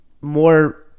More